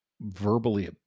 verbally